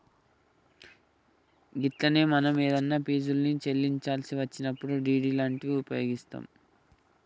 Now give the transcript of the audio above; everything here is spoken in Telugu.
గట్లనే మనం ఏదన్నా ఫీజుల్ని చెల్లించాల్సి వచ్చినప్పుడు డి.డి లాంటివి ఉపయోగిస్తాం